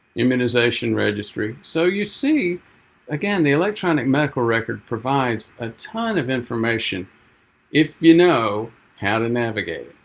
immunization registry. so you see again, the electronic medical record provides a ton of information if you know how to navigate